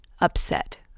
upset